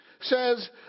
says